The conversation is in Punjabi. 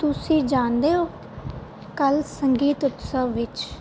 ਤੁਸੀਂ ਜਾਣਦੇ ਹੋ ਕੱਲ੍ਹ ਸੰਗੀਤ ਉਤਸਵ ਵਿੱਚ